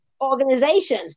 organization